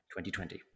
2020